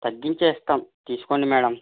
తగ్గించే ఇస్తాం తీసుకోండి మేడం